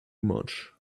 much